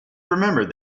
remembered